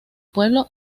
pueblo